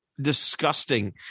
disgusting